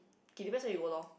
it depends where you go loh